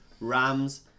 Rams